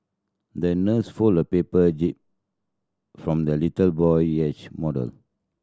the nurse folded a paper jib from the little boy yacht model